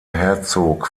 herzog